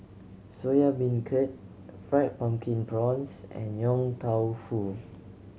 Soya Beancurd Fried Pumpkin Prawns and Yong Tau Foo